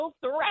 threat